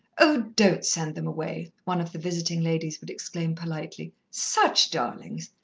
oh, don't send them away! one of the visiting ladies would exclaim politely. such darlings!